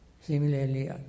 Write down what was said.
Similarly